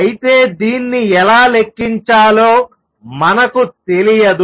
అయితే దీన్ని ఎలా లెక్కించాలో మనకు తెలియదు